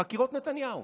חקירות נתניהו,